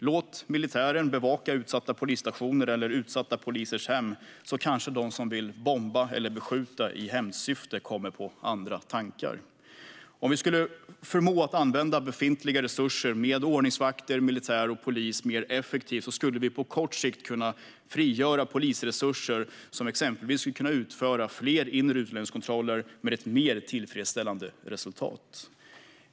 Låt militären bevaka utsatta polisstationer eller utsatta polisers hem så kanske de som vill bomba eller beskjuta i hämndsyfte kommer på andra tankar. Och om vi använde befintliga resurser med ordningsvakter, militär och polis mer effektivt skulle vi på kort sikt kunna frigöra polisresurser som exempelvis kunde utföra fler inre utlänningskontroller med ett mer tillfredställande resultat.